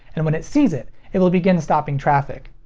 and when it sees it it will begin stopping traffic.